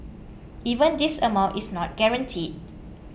even this amount is not guaranteed